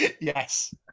Yes